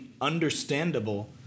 understandable